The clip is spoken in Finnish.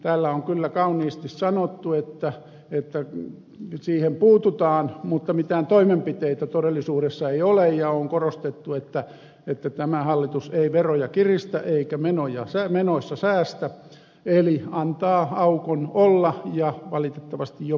täällä on kyllä kauniisti sanottu että siihen puututaan mutta mitään toimenpiteitä todellisuudessa ei ole ja on korostettu että tämä hallitus ei veroja kiristä eikä menoissa säästä eli antaa aukon olla ja valitettavasti jopa kasvaa